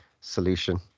solution